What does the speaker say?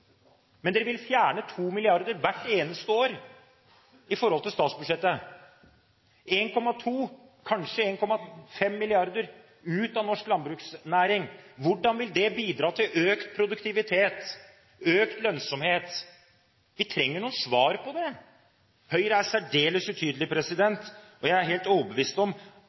men de vil fjerne 2 mrd. kr hvert eneste år i forhold til statsbudsjettet – 1,2 mrd. kr, kanskje 1,5 mrd. kr, ut av norsk landbruksnæring. Hvordan vil det bidra til økt produktivitet, økt lønnsomhet? Vi trenger noen svar på det. Høyre er særdeles utydelig, og jeg er helt overbevist om